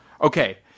Okay